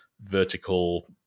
vertical